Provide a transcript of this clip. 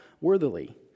worthily